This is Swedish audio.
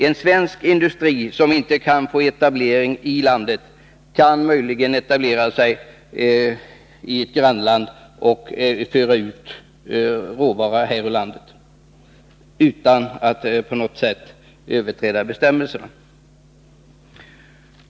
En svensk industri som inte får etablera sig här i landet har möjlighet att etablera sig i ett grannland och föra ut råvara ur landet utan att på något sätt överträda bestämmelserna.